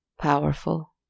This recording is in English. powerful